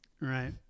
Right